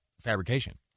fabrication